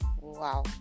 Wow